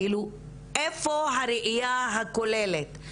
כאילו, איפה הראייה הכוללת?